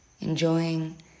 Enjoying